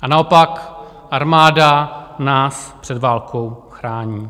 A naopak, armáda nás před válkou chrání.